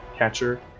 catcher